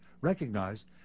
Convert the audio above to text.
recognize